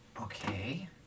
Okay